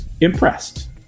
impressed